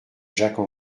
jacques